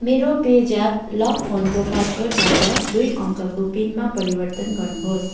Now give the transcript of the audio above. मेरो पेज्याप लक फोनको पासवर्डबाट दुई अङ्कको पिनमा परिवर्तन गर्नुहोस्